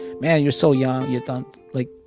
man, you're so young. you done, like,